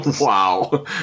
Wow